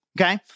okay